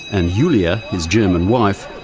and julia, his german wife,